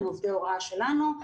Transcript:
עובדי הוראה שלנו,